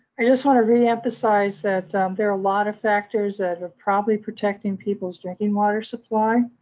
i just want to reemphasize that there are a lot of factors that are probably protecting people's drinking water supply.